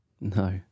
No